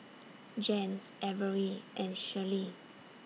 Jens Averi and Shirley